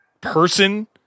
person